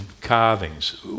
carvings